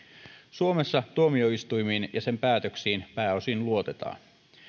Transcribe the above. suomessa tuomioistuimiin ja niiden päätöksiin pääosin luotetaan